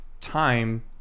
time